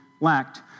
lacked